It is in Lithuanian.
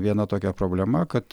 viena tokia problema kad